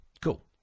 cool